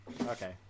Okay